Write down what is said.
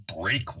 break